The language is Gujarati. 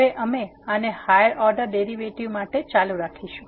હવે અમે આને હાયર ઓર્ડર ડેરીવેટીવ માટે ચાલુ રાખીશું